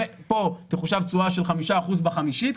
פה תחושב תשואה של 5% וחמישית,